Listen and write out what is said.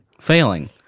Failing